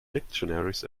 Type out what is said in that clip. dictionaries